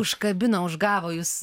užkabino užgavo jus